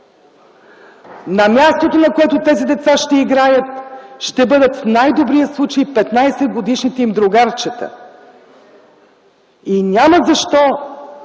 На мястото, на което тези деца ще играят, ще бъдат в най-добрия случай 15 годишните им другарчета. И няма защо